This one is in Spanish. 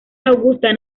augusta